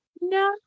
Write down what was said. No